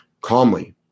calmly